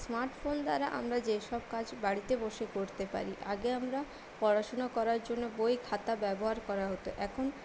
smart phone দ্বারা আমরা যেসব কাজ বাড়িতে বসে করতে পারি আগে আমরা পড়াশোনা করার জন্য বই খাতা ব্যবহার করা হত এখন